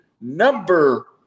number